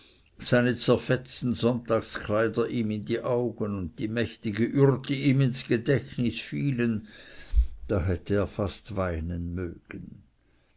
seine zerfetzten sonntagskleider ihm in die augen und die mächtige ürti ihm ins gedächtnis fielen da hätte er fast weinen mögen